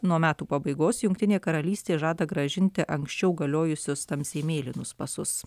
nuo metų pabaigos jungtinė karalystė žada grąžinti anksčiau galiojusius tamsiai mėlynus pasus